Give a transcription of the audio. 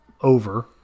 over